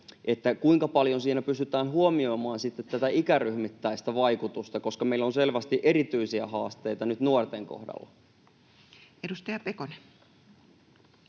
kuinka paljon siinä pystytään sitten huomioimaan tätä ikäryhmittäistä vaikutusta, koska meillä on selvästi erityisiä haasteita nyt nuorten kohdalla? [Speech